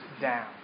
down